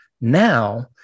now